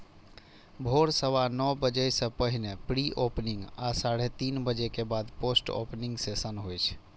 भोर सवा नौ बजे सं पहिने प्री ओपनिंग आ साढ़े तीन बजे के बाद पोस्ट ओपनिंग सेशन होइ छै